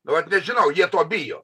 vat nežinau jie to bijo